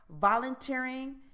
volunteering